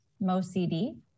MoCD